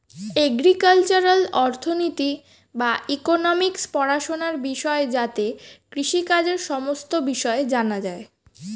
agricultural অর্থনীতি বা economics পড়াশোনার বিষয় যাতে কৃষিকাজের সমস্ত বিষয় জানা যায়